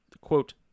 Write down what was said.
quote